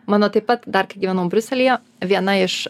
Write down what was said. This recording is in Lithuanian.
mano taip pat dar kai gyvenau briuselyje viena iš